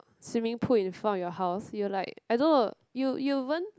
swimming pool in front of your house you'll like I don't know you you won't